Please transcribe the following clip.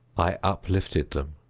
i uplifted them.